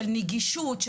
של נגישות,